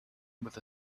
with